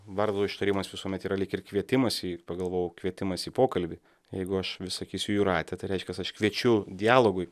vardo ištarimas visuomet yra lyg ir kvietimas į pagalvojau kvietimas į pokalbį jeigu aš vis sakysiu jūrate tai reiškias aš kviečiu dialogui